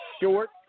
short